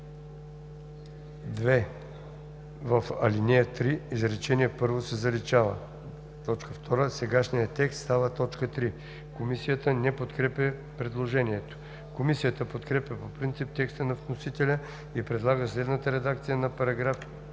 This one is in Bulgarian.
2. В ал. 3 изречение първо се заличава.“ 2. Сегашният текст става т. 3.“ Комисията не подкрепя предложението. Комисията подкрепя по принцип текста на вносителя и предлага следната редакция на §